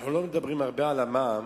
אנחנו לא מדברים הרבה על המע"מ,